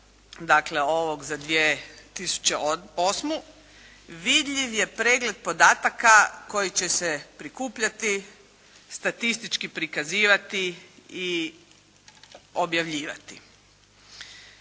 dakle ovog za 2008. vidljiv je pregled podataka koji će se prikupljati, statistički prikazivati i objavljivati.